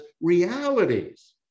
realities